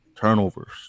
turnovers